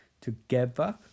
Together